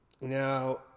Now